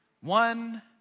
one